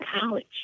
college